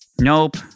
Nope